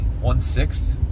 one-sixth